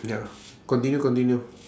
ya continue continue